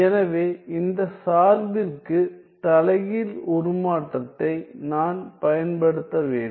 எனவே இந்த சார்பிற்குத் தலைகீழ் உருமாற்றத்தை நான் பயன்படுத்த வேண்டும்